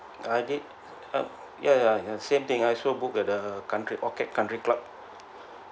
I did ya ya same thing I also book at the country orchid country club